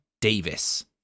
Davis